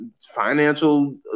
financial